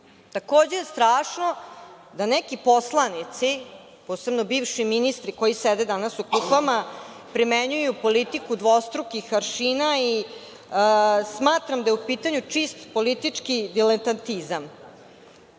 strašno je da neki poslanici, posebno bivši ministri koji danas sede u klupama, primenjuju politiku dvostrukih aršina. Smatram da je u pitanju čist politički diletatizam.